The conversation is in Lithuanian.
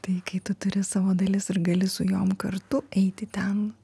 tai kai tu turi savo dalis ir gali su jom kartu eiti ten